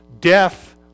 death